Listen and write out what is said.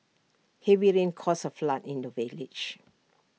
heavy rains caused A flood in the village